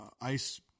ice